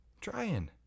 trying